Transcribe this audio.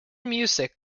music